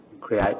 create